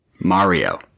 Mario